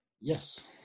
yes